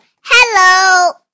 Hello